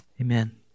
Amen